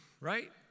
right